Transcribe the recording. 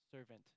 servant